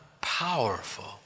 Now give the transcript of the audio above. powerful